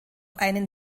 einen